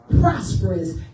prosperous